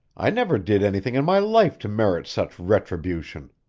i never did anything in my life to merit such retribution.